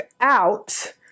out